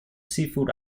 seafood